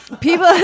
People